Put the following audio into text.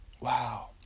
Wow